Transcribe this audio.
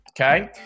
Okay